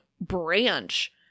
branch